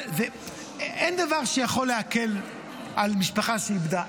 אין דבר שיכול להקל על משפחה שאיבדה.